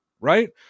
right